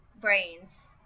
brains